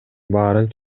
баарын